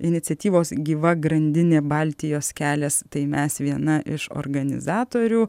iniciatyvos gyva grandinė baltijos kelias tai mes viena iš organizatorių